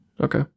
Okay